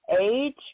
age